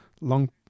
long